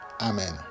Amen